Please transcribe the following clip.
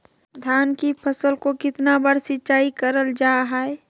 धान की फ़सल को कितना बार सिंचाई करल जा हाय?